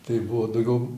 tai buvo daugiau